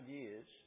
years